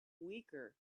weaker